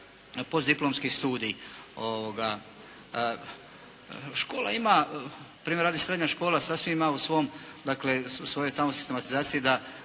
postdiplomski studij. Škola ima, na primjer srednja škola sasvim ima u svom dakle, u svojoj tamo sistematizaciji da